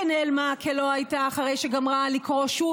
שנעלמה כלא הייתה אחרי שגמרה לקרוא שוב